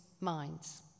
minds